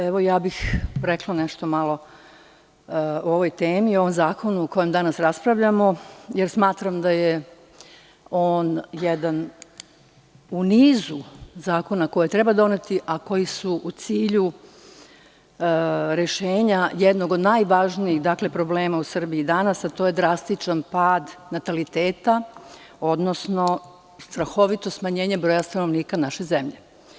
Rekla bih nešto malo o ovoj temi i o ovom zakonu o kojem danas raspravljamo, jer smatram da je on jedan u nizu zakona koje treba doneti, a koji su u cilju rešenja jednog od najvažnijih problema u Srbiji danas, a to je drastičan pad nataliteta, odnosno strahovito smanjenje broja stanovnika naše zemlje.